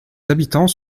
habitants